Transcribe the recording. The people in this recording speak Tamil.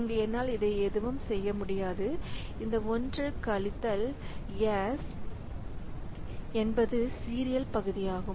இங்கு என்னால் இதை எதுவும் செய்ய முடியாது இந்த 1 கழித்தல் S என்பது சீரியல் பகுதியாகும்